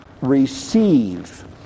receive